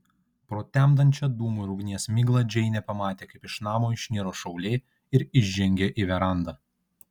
pro temdančią dūmų ir ugnies miglą džeinė pamatė kaip iš namo išniro šaulė ir išžengė į verandą